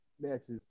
matches